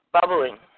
bubbling